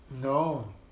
No